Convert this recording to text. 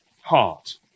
heart